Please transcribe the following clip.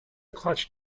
clutch